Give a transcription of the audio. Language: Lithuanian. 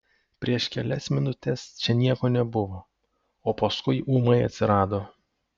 prieš kelias minutes čia nieko nebuvo o paskui ūmai atsirado